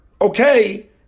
okay